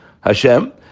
Hashem